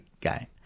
guy